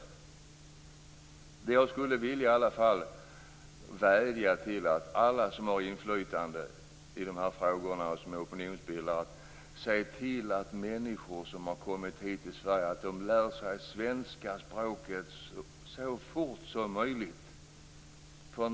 Men jag skulle vilja vädja till alla som har inflytande i dessa frågor som opinionsbildare att se till att människor som kommit till Sverige får lära sig svenska språket så fort som möjligt.